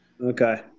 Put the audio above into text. Okay